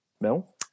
Mel